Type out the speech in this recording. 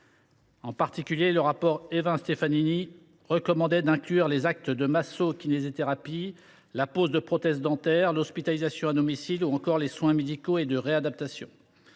non urgents. Le rapport Évin Stefanini recommandait notamment d’y inclure les actes de masso kinésithérapie, la pose de prothèses dentaires, l’hospitalisation à domicile ou encore les soins médicaux et de réadaptation.